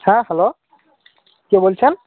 হ্যাঁ হ্যালো কে বলছেন